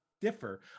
differ